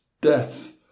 death